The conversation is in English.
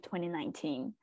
2019